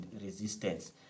resistance